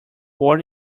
born